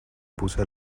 puse